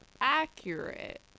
accurate